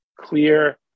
clear